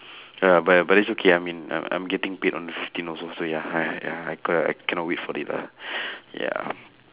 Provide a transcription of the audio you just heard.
ya but but it's okay I mean I'm getting paid on fifteenth also so ya ya I cannot cannot wait for it lah ya